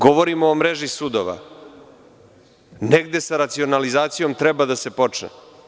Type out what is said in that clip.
Govorim o mreži sudova, negde sa racionalizacijom treba da se počne.